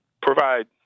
provide